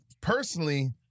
personally